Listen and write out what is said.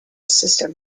system